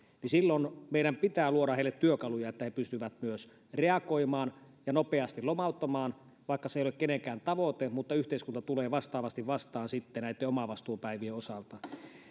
niin silloin meidän pitää luoda heille työkaluja että he pystyvät reagoimaan ja nopeasti lomauttamaan vaikka se ei ole kenenkään tavoite yhteiskunta tulee vastaavasti vastaan sitten näitten omavastuupäivien osalta